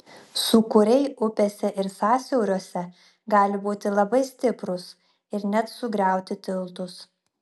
sūkuriai upėse ir sąsiauriuose gali būti labai stiprūs ir net sugriauti tiltus